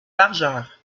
largeur